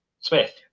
Smith